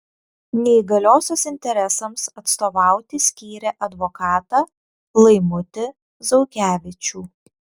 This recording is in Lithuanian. neįgaliosios interesams atstovauti skyrė advokatą laimutį zaukevičių